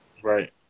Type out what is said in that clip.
Right